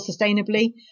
sustainably